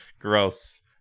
Gross